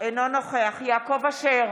אינו נוכח יעקב אשר,